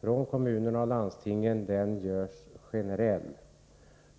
från kommunerna och landstingen görs generell.